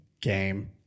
game